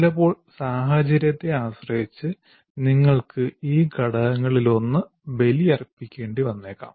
ചിലപ്പോൾ സാഹചര്യത്തെ ആശ്രയിച്ച് നിങ്ങൾക്ക് ഈ ഘടകങ്ങളിലൊന്ന് ബലിയർപ്പിക്കേണ്ടി വന്നേക്കാം